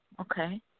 okay